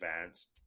advanced